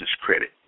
credit